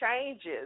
changes